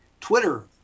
Twitter